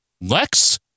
Lex